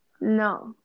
No